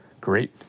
great